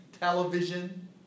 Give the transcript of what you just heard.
Television